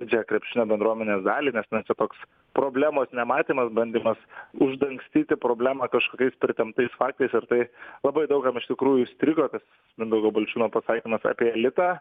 didžiąją krepšinio bendruomenės dalį nes na čia toks problemos nematymas bandymas uždangstyti problemą kažkokiais pritemptais faktais ir tai labai daug kam iš tikrųjų įstrigo tas mindaugo balčiūno pasakymas apie elitą